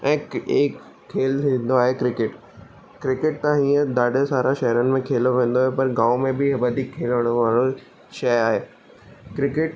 ऐं एक खेल थींदो आहे क्रिकेट क्रिकेट त हीअं ॾाढा सारा शहरनि में खेलो वेंदो पर गाम में बि वधीक खेॾणु वारो शइ आहे क्रिकेट